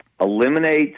eliminate